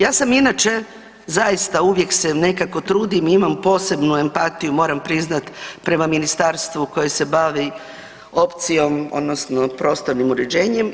Ja sam inače zaista uvijek se nekako trudim i imam posebnu empatiju moram priznat prema ministarstvu koje se bavi opcijom odnosno prostornim uređenjem.